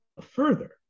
further